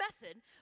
method